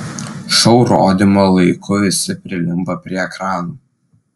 šou rodymo laiku visi prilimpa prie ekranų